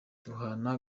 duhana